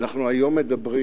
אנחנו היום מדברים